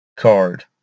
card